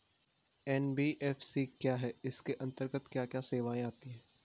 NBFC क्या है इसके अंतर्गत क्या क्या सेवाएँ आती हैं?